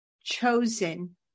chosen